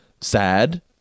sad